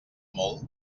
molt